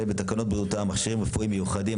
תקנות בריאות העם (מכשירים רפואיים מיוחדים),